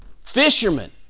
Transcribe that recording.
Fishermen